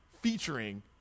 featuring